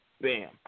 bam